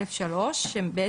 כלומר,